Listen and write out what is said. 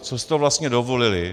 Co si to vlastně dovolili?